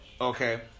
Okay